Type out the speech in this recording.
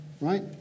right